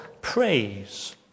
praise